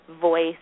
voice